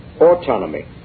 autonomy